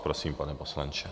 Prosím, pane poslanče.